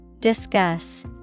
Discuss